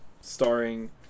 starring